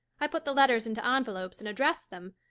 i put the letters into envelopes and addressed them,